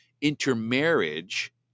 intermarriage